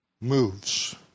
moves